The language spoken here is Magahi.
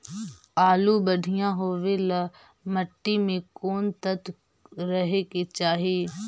आलु बढ़िया होबे ल मट्टी में कोन तत्त्व रहे के चाही?